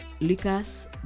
lucas